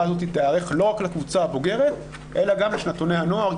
הזאת תיערך לא רק לקבוצה הבוגרת אלא גם לשנתוני הנוער,